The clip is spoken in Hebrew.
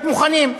להיות מוכנים.